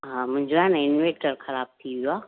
हा मुंहिंजो आहे न इनवेटर ख़राबु थी वियो आहे